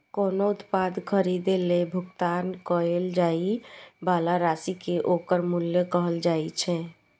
कोनो उत्पाद खरीदै लेल भुगतान कैल जाइ बला राशि कें ओकर मूल्य कहल जाइ छै